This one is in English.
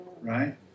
right